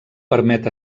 permet